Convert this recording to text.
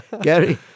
Gary